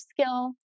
skill